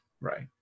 Right